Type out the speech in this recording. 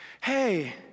hey